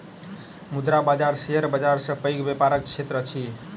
मुद्रा बाजार शेयर बाजार सॅ पैघ व्यापारक क्षेत्र अछि